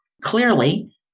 clearly